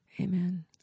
Amen